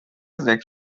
sechs